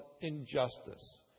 injustice